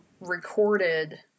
recorded